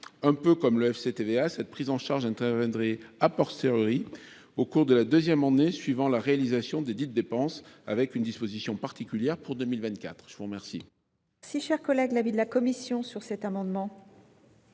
Un peu comme le FCTVA, cette prise en charge interviendrait, au cours de la deuxième année suivant la réalisation desdites dépenses, avec une disposition particulière pour 2024. Quel